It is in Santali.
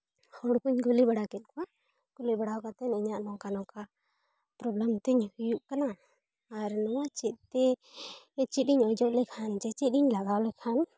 ᱦᱚᱲᱠᱚᱧ ᱠᱩᱞᱤ ᱵᱟᱲᱟ ᱠᱮᱫ ᱠᱚᱣᱟ ᱠᱩᱞᱤ ᱵᱟᱲᱟ ᱠᱟᱛᱮᱫ ᱤᱧᱟᱜ ᱱᱚᱝᱠᱟᱼᱱᱚᱝᱠᱟ ᱯᱨᱳᱵᱽᱞᱮᱢ ᱛᱤᱧ ᱦᱩᱭᱩᱜ ᱠᱟᱱᱟ ᱟᱨ ᱱᱚᱣᱟ ᱪᱮᱫ ᱛᱮ ᱪᱮᱫ ᱤᱧ ᱚᱡᱚᱜ ᱞᱮᱠᱷᱟᱱ ᱡᱮ ᱪᱮᱫ ᱤᱧ ᱞᱟᱜᱟᱣ ᱞᱮᱠᱷᱟᱱ